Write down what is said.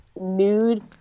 nude